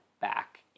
back